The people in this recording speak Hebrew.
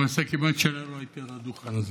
למעשה, כמעט שנה לא הייתי על הדוכן הזה,